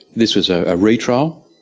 this was a ah re-trial.